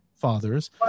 fathers